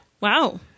wow